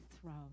throne